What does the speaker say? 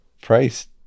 price